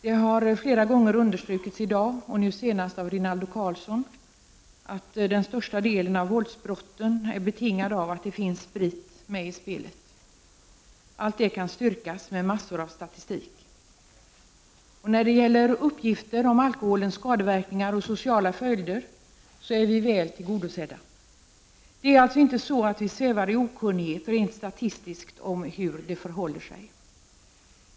Det har flera gånger understrukits i dag, nu senast av Rinaldo Karlsson, att den största delen av våldsbrotten är betingad av att det finns sprit med i spelet. Allt detta kan styrkas med mängder av statistik. När det gäller uppgifter om alkoholens skadeverkningar och sociala följder är vi väl tillgodosedda. Vi svävar alltså inte i okunnighet rent statistiskt om hur det förhåller sig.